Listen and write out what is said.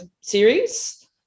series